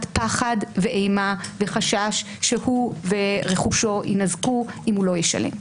פחד ואימה וחשש שהוא ורכושו יינזקו אם הוא לא ישלם.